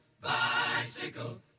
bicycle